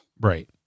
Right